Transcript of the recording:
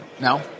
No